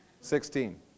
Sixteen